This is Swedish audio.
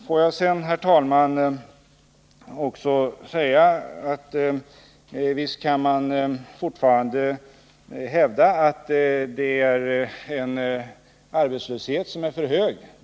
Får jag sedan, herr talman, också säga att visst kan man fortfarande hävda att arbetslösheten är för hög.